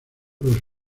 los